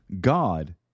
God